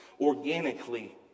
organically